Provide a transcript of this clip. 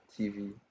tv